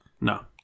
No